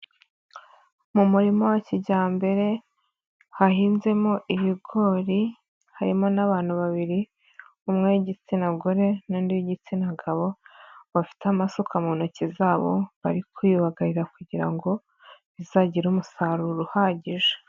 Mu murima wa kijyambere hahinzemo ibigori, harimo n'abantu babiri, umwe y'igitsina gore n'undi w'igitsina gabo, bafite amasuka mu ntoki zabo, bari kubibagarira kugira ngo bizagire umusaruro uhagije.